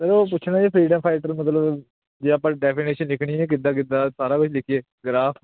sir ਉਹ ਪੁੱਛਣਾ ਜੇ ਫਰੀਡਮ ਫਾਈਟਰ ਮਤਲਬ ਜੇ ਆਪਾਂ ਡੈਫੀਨੇਸ਼ਨ ਲਿਖਣੀ ਕਿੱਦਾਂ ਕਿੱਦਾਂ ਸਾਰਾ ਕੁਝ ਲਿਖੀਏ ਗਰਾਫ